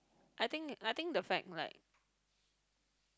I think I think the fact like